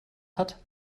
hat